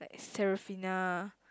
Seraphina